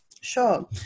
Sure